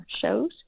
shows